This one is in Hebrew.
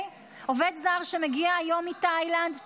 עובד זר שמגיע היום מתאילנד --- נכון,